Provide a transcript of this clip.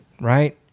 right